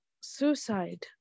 suicide